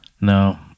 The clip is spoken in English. No